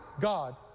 God